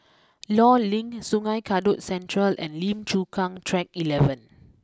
Law Link Sungei Kadut Central and Lim Chu Kang Track eleven